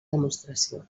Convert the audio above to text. demostració